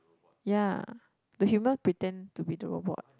ya the human pretend to be the robot